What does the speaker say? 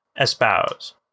espouse